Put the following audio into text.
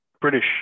British